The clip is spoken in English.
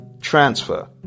transfer